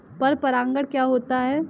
पर परागण क्या होता है?